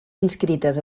inscrites